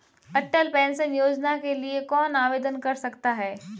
अटल pension योजना के लिए कौन आवेदन कर सकता है?